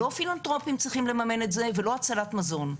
לא פילנטרופים צריכים לממן את זה ולא הצלת מזון.